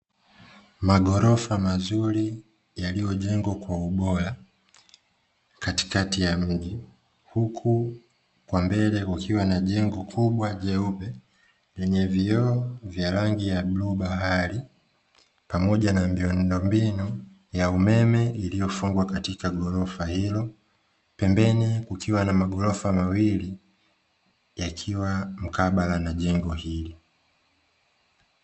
Maghorofa mazuri yaliyojengwa kwa ubora katikati ya mji, huku kwa mbele kukiwa na jengo kubwa jeupe lenye vioo vya rangi ya bluu bahari pamoja na miundombinu ya umeme iliyofungwa katika ghorofa hilo, pembeni kukiwa na maghorofa mawili yakiwa mkabala na jengo hili.